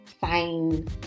fine